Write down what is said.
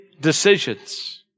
decisions